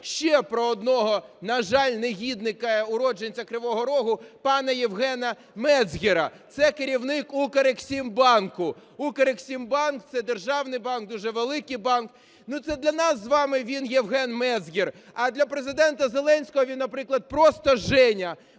ще про одного, на жаль, негідника, уродженця Кривого Рога пана Євгена Мецгера, це керівник Укрексімбанку. Укрексімбанк – це державний банк, дуже великий банк. Ну, це для нас з вами він є Євген Мецгер, а для Президента Зеленського він, наприклад, просто Женя.